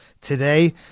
today